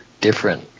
different